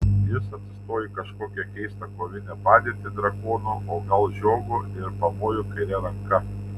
jis atsistojo į kažkokią keistą kovinę padėtį drakono o gal žiogo ir pamojo kaire ranka